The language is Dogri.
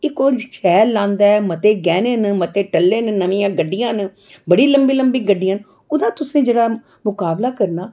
इक ओह् शैल लांदा ऐ मते गैहने न ते मते टल्ले न नमिंयां गड्डियां न बड़ी लंबी लंबी गड्डियां न ओह्दा तुसें जेह्ड़ा मकाबला करना